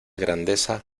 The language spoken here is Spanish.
grandeza